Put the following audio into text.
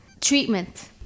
treatment